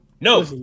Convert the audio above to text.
No